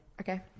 Okay